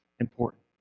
important